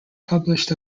published